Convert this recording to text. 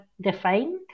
define